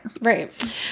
Right